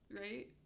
right